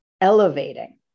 elevating